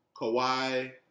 Kawhi